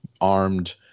armed